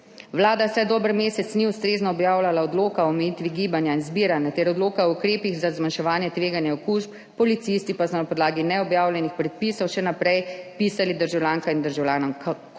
Vlada vsaj dober mesec ni ustrezno objavljala odloka o omejitvi gibanja in zbiranja ter odloka o ukrepih za zmanjševanje tveganja okužb, policisti pa so na podlagi neobjavljenih predpisov še naprej pisali državljankam in državljanom kazni,